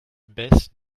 baisse